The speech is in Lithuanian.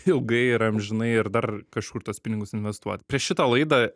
ilgai ir amžinai ir dar kažkur tuos pinigus investuot prieš šitą laidą